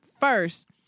first